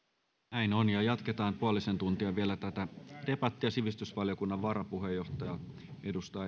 näin on ja jatketaan puolisen tuntia vielä tätä debattia sivistysvaliokunnan varapuheenjohtaja edustaja